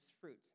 fruit